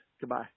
Goodbye